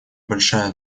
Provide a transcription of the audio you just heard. большая